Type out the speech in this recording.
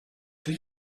did